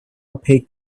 opaque